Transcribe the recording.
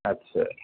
اچھا